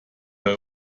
bei